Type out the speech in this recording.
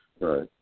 right